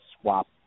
swap